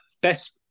best